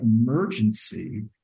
emergency